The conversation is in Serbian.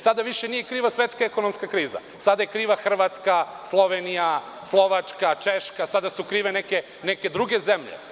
Sada više nije kriva svetska ekonomska kriza, sada je kriva Hrvatska, Slovenija, Slovačka, Češka, sad su krive neke druge zemlje.